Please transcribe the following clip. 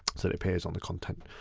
so it appears on the content.